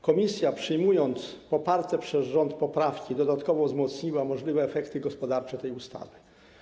Komisja, przyjmując poparte przez rząd poprawki, dodatkowo wzmocniła możliwe efekty gospodarcze tej ustawy.